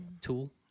Tool